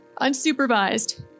unsupervised